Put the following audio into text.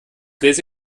lese